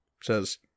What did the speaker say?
says